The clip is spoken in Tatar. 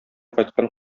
кайткан